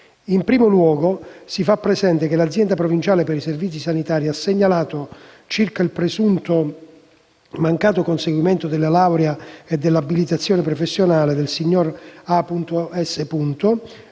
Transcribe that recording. In primo luogo, si fa presente che l'azienda provinciale per i servizi sanitari di Trento ha segnalato il presunto mancato conseguimento della laurea e dell'abilitazione professionale del signor A. S.